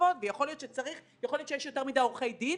ויכול להיות שצריך ויכול להיות שיש יותר מידי עורכי דין,